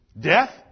death